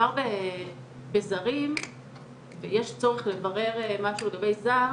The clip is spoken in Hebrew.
כשמדובר בזרים ויש צורך לברר משהו לגבי זר,